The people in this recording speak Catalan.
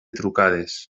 trucades